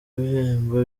ibihembo